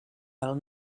del